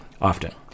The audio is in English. Often